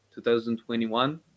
2021